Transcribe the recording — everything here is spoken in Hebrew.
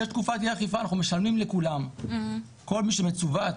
יש תקופת